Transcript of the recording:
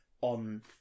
on